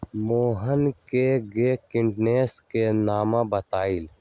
मोहन कै गो किटनाशी के नामो बतलकई